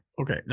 okay